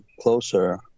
closer